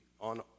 on